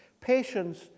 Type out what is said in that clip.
Patience